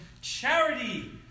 Charity